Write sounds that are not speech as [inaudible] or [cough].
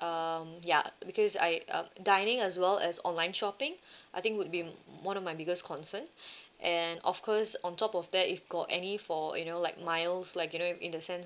um ya because I uh dining as well as online shopping I think would be one of my biggest concern [breath] and of course on top of that if got any for you know like miles like you know if in the sense